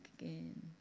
again